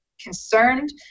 concerned